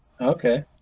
Okay